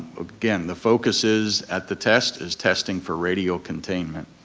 again, the focus is at the test is testing for radial containment.